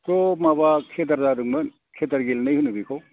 थ' माबा खेदार जादोंमोन खेदार गेलेनाय होनो बेखौ